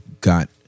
got